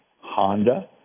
Honda